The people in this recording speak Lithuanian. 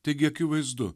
taigi akivaizdu